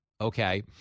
Okay